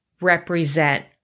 represent